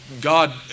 God